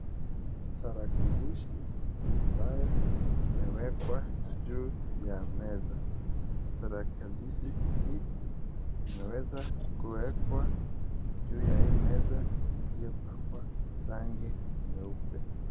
Tarakilishi ambayo imewekwa juu ya meza. Tarakilishi hiki imeweza kuwekwa juu ya hii meza iliyo pakwa rangi nyeupe.